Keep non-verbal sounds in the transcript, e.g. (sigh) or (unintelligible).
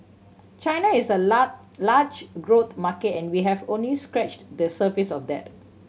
China is a (unintelligible) large growth market and we have only scratched the surface of that